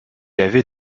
avait